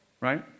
right